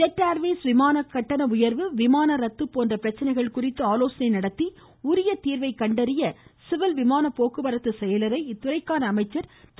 jet Airways விமான கட்டண உயர்வு விமான ரத்து போன்ற ஜெட் ஏர்வேஸ் பிரச்சனைகள் குறித்து ஆலோசனை நடத்தி உரிய தீர்வை கண்டறிய சிவில் விமான போக்குவரத்து செயலரை இத்துறைக்கான அமைச்சர் திரு